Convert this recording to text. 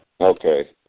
Okay